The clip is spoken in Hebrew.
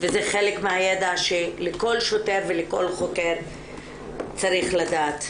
וזה חלק מהידע שלכל שוטר ולכל חוקר צריך לדעת.